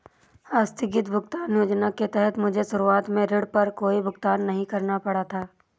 आस्थगित भुगतान योजना के तहत मुझे शुरुआत में ऋण पर कोई भुगतान नहीं करना पड़ा था